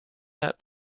that